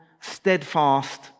steadfast